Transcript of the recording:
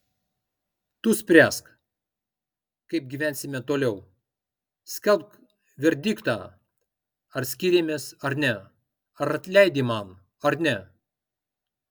tu spręsk kaip gyvensime toliau skelbk verdiktą ar skiriamės ar ne ar atleidi man ar ne